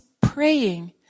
praying